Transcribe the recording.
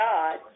God